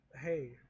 Hey